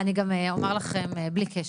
אני גם אומר לכם בלי קשר,